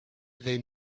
they